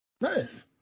Nice